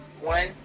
One